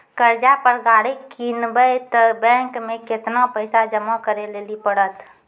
कर्जा पर गाड़ी किनबै तऽ बैंक मे केतना पैसा जमा करे लेली पड़त?